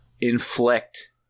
inflict –